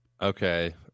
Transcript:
Okay